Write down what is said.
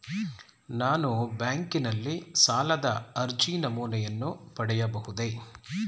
ನಾನು ಬ್ಯಾಂಕಿನಲ್ಲಿ ಸಾಲದ ಅರ್ಜಿ ನಮೂನೆಯನ್ನು ಪಡೆಯಬಹುದೇ?